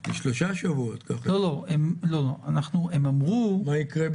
כל החינוך הבלתי פורמלי הוא לא חיוני,